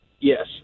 Yes